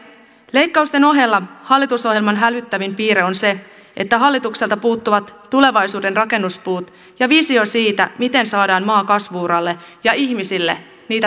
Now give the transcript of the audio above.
leikkausten ohella hallitusohjelman hälyttävin piirre on se että hallitukselta puuttuvat tulevaisuuden rakennuspuut ja visio siitä miten saadaan maa kasvu uralle ja ihmisille niitä tärkeitä työpaikkoja